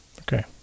okay